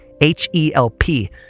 H-E-L-P